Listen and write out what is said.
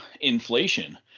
inflation